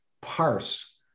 parse